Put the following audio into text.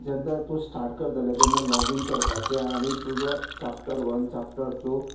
जेन्ना तूं स्टाट करतलें तेन्ना लॉगीन करपाचें आनी तुजो चाप्टर वन चाप्टर टू